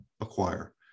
acquire